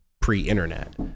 pre-internet